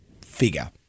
figure